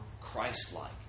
Christ-like